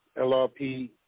LRP